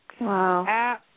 Wow